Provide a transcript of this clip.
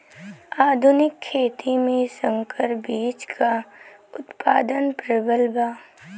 आधुनिक खेती में संकर बीज क उतपादन प्रबल बा